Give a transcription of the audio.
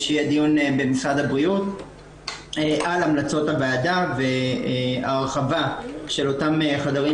הדיון במשרד הבריאות על המלצות הוועדה וההרחבה של אותם חדרים